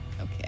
Okay